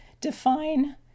define